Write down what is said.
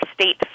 state